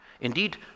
Indeed